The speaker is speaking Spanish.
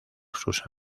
sus